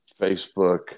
facebook